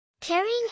Carrying